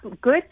good